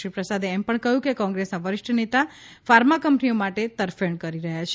શ્રી પ્રસાદે એમ પણ કહ્યું કે કોંગ્રેસના વરિષ્ઠ નેતા ફાર્મા કંપનીઓ માટે તરફેણ કરી રહ્યા છે